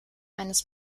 eines